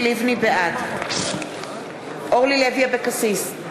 בעד אורלי לוי אבקסיס,